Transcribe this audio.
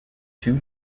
two